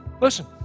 Listen